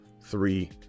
three